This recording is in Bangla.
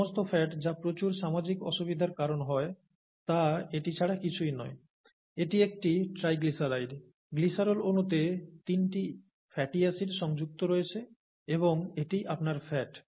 সমস্ত ফ্যাট যা প্রচুর সামাজিক অসুবিধার কারণ হয় তা এটি ছাড়া কিছুই নয় এটি একটি ট্রাইগ্লিসারাইড গ্লিসারল অণুতে তিনটি ফ্যাটি অ্যাসিড সংযুক্ত রয়েছে এবং এটিই আপনার ফ্যাট